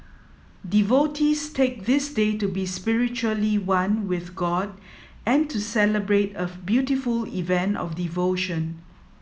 devotees take this day to be spiritually one with god and to celebrate a beautiful event of devotion